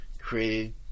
created